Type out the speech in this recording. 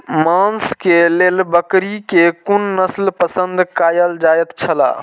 मांस के लेल बकरी के कुन नस्ल पसंद कायल जायत छला?